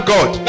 God